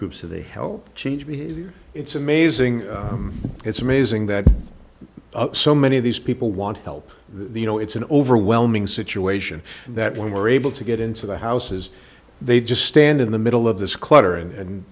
groups of the help change it's amazing it's amazing that so many of these people want to help the you know it's an overwhelming situation that when we're able to get into the houses they just stand in the middle of this clutter and